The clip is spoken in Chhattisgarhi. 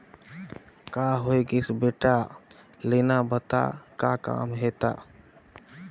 का होये गइस बेटा लेना बता का काम हे त